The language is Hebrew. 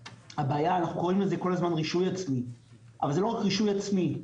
הבעיה שאנחנו קוראים לזה רישוי עצמי אבל זה לא רק רישוי עצמי.